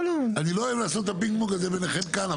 אני לא אוהב לעשות את הפינג פונג הזה ביניכם כאן,